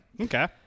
Okay